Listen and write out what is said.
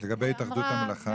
מה לגבי התאחדות המלאכה?